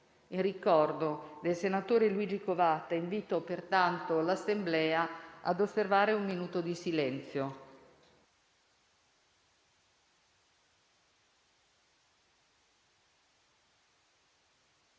In ricordo del senatore Luigi Covatta invito pertanto l'Assemblea ad osservare un minuto di silenzio.